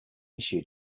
issued